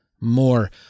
more